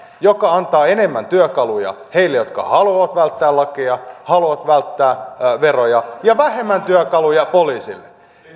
joka antaa enemmän työkaluja heille jotka haluavat välttää lakeja ja haluavat välttää veroja ja vähemmän työkaluja poliisille